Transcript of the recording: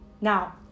Now